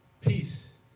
peace